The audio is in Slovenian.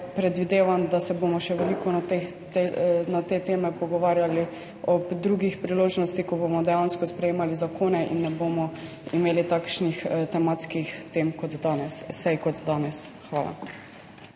predvidevam, da se bomo še veliko na te teme pogovarjali ob drugih priložnostih, ko bomo dejansko sprejemali zakone in ne bomo imeli takšnih tematskih tem kot danes, sej